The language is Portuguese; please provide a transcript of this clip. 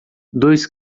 dois